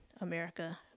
America